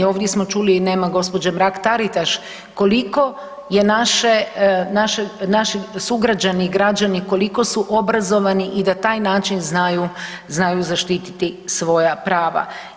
Ovdje smo čuli, nema gospođe Mrak Taritaš koliko je naše, naši sugrađani i građani koliko su obrazovani i da taj način znaju, znaju zaštiti svoja prava.